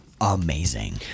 amazing